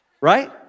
right